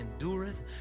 endureth